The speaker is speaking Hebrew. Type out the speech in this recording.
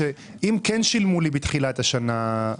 אם כן שילמו לו בתחילת השנה,